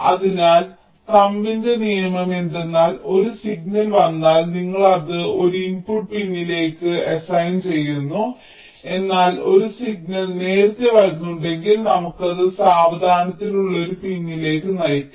അതിനാൽ തംബ്ന്റെ നിയമം എന്തെന്നാൽ ഒരു സിഗ്നൽ വന്നാൽ നിങ്ങൾ അത് ഒരു ഇൻപുട്ട് പിൻയിലേക്ക് അസൈൻ ചെയ്യുന്നു എന്നാൽ ഒരു സിഗ്നൽ നേരത്തെ വരുന്നുണ്ടെങ്കിൽ നമുക്ക് അത് സാവധാനത്തിലുള്ള ഒരു പിൻയിലേക്ക് നൽകാം